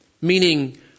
meaning